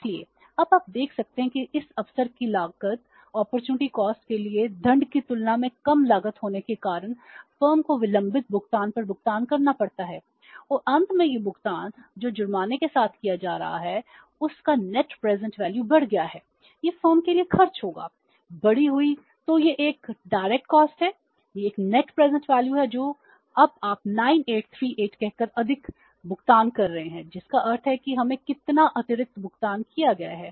इसलिए अब आप देख सकते हैं कि इस अवसर की लागत के लिए दंड की तुलना में कम लागत होने के कारण फर्म को विलंबित भुगतान पर भुगतान करना पड़ता है और अंत में यह भुगतान जो जुर्माने के साथ किया जा रहा है कि उस का नेट प्रेजेंट वैल्यू है जो अब आप 9838 कहकर अधिक भुगतान कर रहे हैं जिसका अर्थ है कि हमें कितना अतिरिक्त भुगतान किया गया है